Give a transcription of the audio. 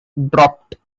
dropped